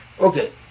okay